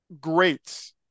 great